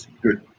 good